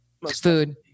food